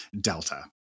Delta